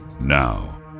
Now